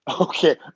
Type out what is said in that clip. okay